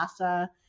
NASA